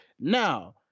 Now